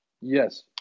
Yes